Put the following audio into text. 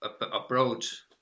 approach